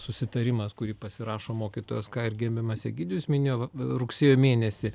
susitarimas kurį pasirašo mokytojas ką ir gerbiamas egidijus minėjo va rugsėjo mėnesį